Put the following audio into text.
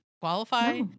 qualify